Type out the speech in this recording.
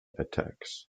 attacks